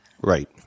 Right